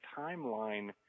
timeline